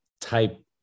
type